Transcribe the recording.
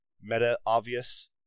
meta-obvious